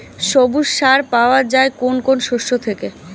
সবুজ সার পাওয়া যায় কোন কোন শস্য থেকে?